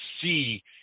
see